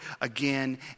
again